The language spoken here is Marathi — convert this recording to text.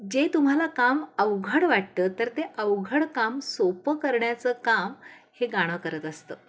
जे तुम्हाला काम अवघड वाटतं तर ते अवघड काम सोपं करण्याचं काम हे गाणं करत असतं